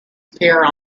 appear